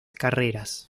carreras